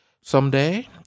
Someday